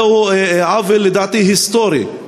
זה עוול לדעתי היסטורי,